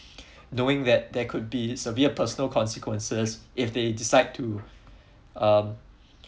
knowing that there could be severe personal consequences if they decide to um